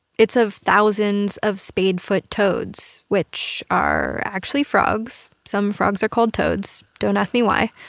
it's of thousands of spadefoot toads, which are actually frogs some frogs are called toads don't ask me why.